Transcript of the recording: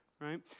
right